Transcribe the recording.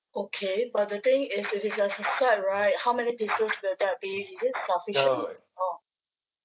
okay but the thing is it is as a set right how many pieces will that be is it sufficient orh